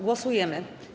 Głosujemy.